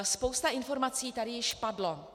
Spousta informací tady již padla.